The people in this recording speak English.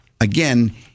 again